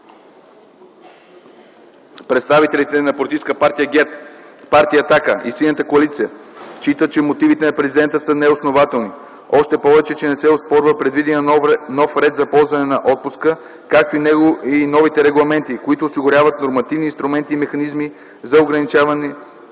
Представителите на ПП ГЕРБ, Партия „Атака” и Синята коалиция, считат че мотивите на президента са неоснователни, още повече, че не се оспорва предвидения нов ред за ползване на отпуска, както и новите регламенти, които осигуряват нормативни инструменти и механизми за ограничаване